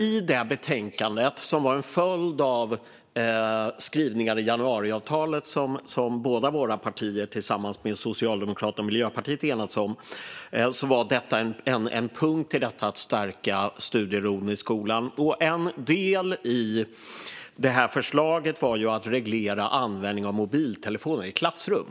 I detta betänkande, som var en följd av skrivningar i januariavtalet som båda våra partier tillsammans med Socialdemokraterna och Miljöpartiet enats om, var detta en punkt i att stärka studieron i skolan. En del i detta förslag var att reglera användningen av mobiltelefoner i klassrum.